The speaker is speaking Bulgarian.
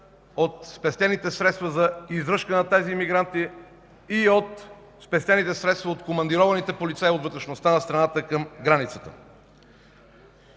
от спестените средства за издръжка на тези имигранти и от спестените средства от командированите полицаи от вътрешността на страната към границата.